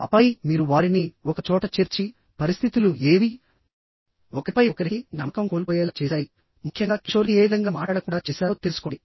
ఆపై మీరు వారిని ఒకచోట చేర్చి పరిస్థితులు ఏవి ఒకరిపై ఒకరికి నమ్మకం కోల్పోయేలా చేశాయి ముఖ్యంగా కిషోర్ని ఏవిధంగా మాట్లాడకుండా చేశారో తెలుసుకోండి